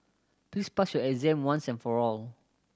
please pass your exam once and for all